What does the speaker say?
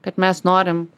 kad mes norim